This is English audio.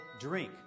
drink